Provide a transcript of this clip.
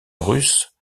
russe